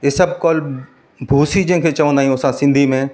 ईसबगोल भूसी जंहिंखे चवंदा आहियूं असां सिंधी में